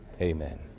amen